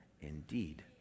indeed